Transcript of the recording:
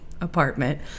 apartment